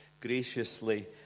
graciously